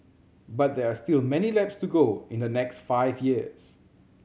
but there are still many laps to go in the next five years